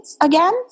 again